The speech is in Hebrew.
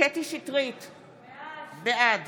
קטי קטרין שטרית, בעד